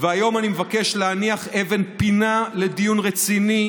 והיום אני מבקש להניח אבן פינה לדיון רציני,